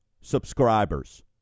subscribers